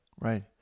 Right